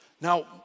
Now